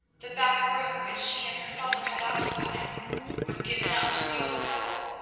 the back room which she and her father had occupied was given up to the old couple,